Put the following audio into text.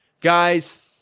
Guys